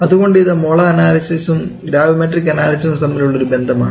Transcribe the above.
അതുകൊണ്ട് ഇത് മോളാർ അനാലിസിസും ഗ്രാവിമെട്രിക് അനാലിസിസും തമ്മിലുള്ള മറ്റൊരു ബന്ധമാണ്